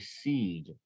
seed